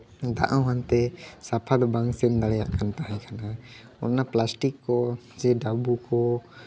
ᱫᱟᱜ ᱦᱚᱸ ᱦᱟᱱᱛᱮ ᱥᱟᱯᱷᱟ ᱫᱚ ᱵᱟᱭ ᱥᱮᱱ ᱫᱟᱲᱮᱭᱟᱜ ᱠᱟᱱ ᱛᱟᱦᱮᱸ ᱠᱟᱱᱟ ᱚᱱᱟ ᱯᱞᱟᱥᱴᱤᱠ ᱠᱚ ᱥᱮ ᱰᱟᱹᱵᱩ ᱠᱚ